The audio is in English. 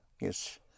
Yes